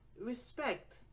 respect